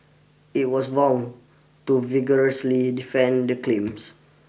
it was vowed to vigorously defend the claims